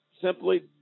simply